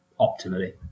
optimally